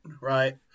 right